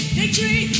victory